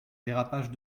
dérapage